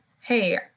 hey